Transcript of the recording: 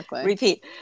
repeat